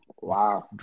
Wow